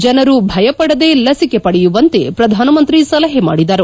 ಜನರು ಭಯಪಡದೆ ಲಸಿಕೆ ಪಡೆಯುವಂತೆ ಪ್ರಧಾನಮಂತ್ರಿ ಸಲಹೆ ಮಾಡಿದರು